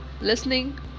listening